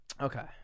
Okay